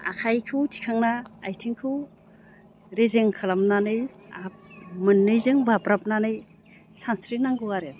आखाइखौ थिखांना आथिंखौ रेजें खालामनानै मोननैजों बाब्राबनानै सानस्रिनांगौ आरो